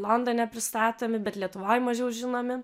londone pristatomi bet lietuvoj mažiau žinomi